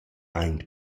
aint